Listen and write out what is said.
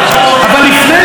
אבל לפני כמה ימים,